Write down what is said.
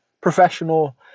professional